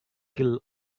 kill